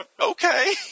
Okay